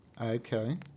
Okay